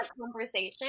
conversation